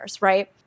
right